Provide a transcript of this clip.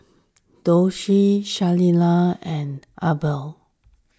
Doshie Sheilah and Abner